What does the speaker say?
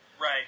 Right